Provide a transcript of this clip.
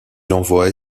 envoie